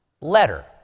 letter